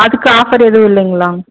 அதுக்கு ஆஃபர் எதுவும் இல்லைங்களா